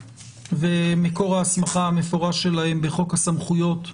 ומקור ההסמכה המפורש שלהן בחוק הסמכויות המיוחדות.